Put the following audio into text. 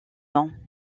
nom